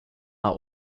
are